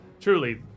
Truly